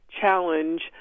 challenge